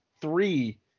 three